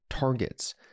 Targets